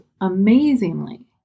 amazingly